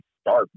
start